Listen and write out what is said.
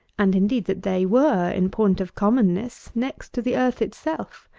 and indeed that they were, in point of commonness, next to the earth itself.